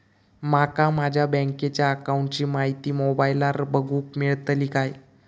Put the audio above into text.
माका माझ्या बँकेच्या अकाऊंटची माहिती मोबाईलार बगुक मेळतली काय?